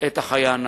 את החיה הנאצית.